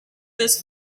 this